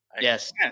Yes